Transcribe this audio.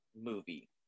movie